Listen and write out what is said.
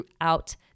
throughout